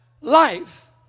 life